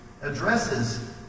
addresses